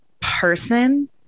person